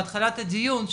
בהתחלת הדיון,